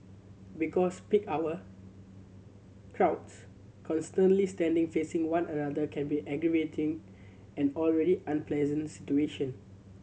because peak hour crowds constantly standing facing one another can be aggravating an already unpleasant situation